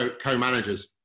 co-managers